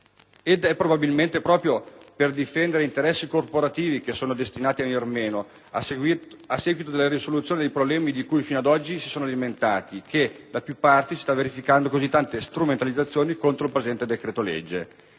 Ed è probabilmente proprio per difendere interessi corporativi, che sono destinati a venire meno a seguito della risoluzione dei problemi di cui fino ad oggi si sono alimentati, che, da più parti, si stanno verificando così tante strumentalizzazioni contro il presente decreto-legge.